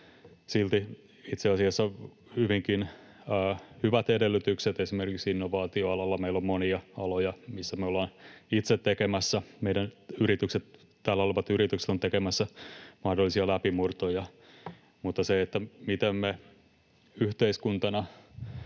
silti itse asiassa hyvinkin hyvät edellytykset esimerkiksi innovaatioalalla. Meillä on monia aloja, missä meidän täällä olevat yritykset ovat itse tekemässä mahdollisia läpimurtoja, mutta se, miten me yhteiskuntana,